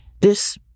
This